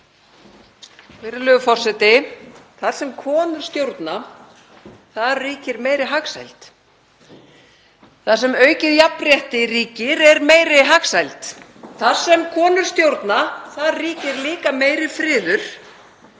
Virðulegur forseti. Þar sem konur stjórna ríkir meiri hagsæld. Þar sem aukið jafnrétti ríkir er meiri hagsæld. Þar sem konur stjórna ríkir líka meiri friður